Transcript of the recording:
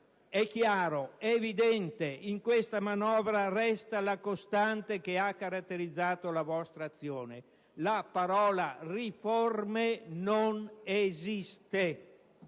è chiaro ed evidente che in questa manovra resta la costante che ha caratterizzato la vostra azione: la parola "riforme" non esiste.